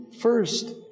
first